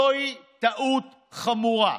זוהי טעות חמורה.